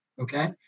okay